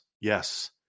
yes